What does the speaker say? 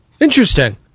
Interesting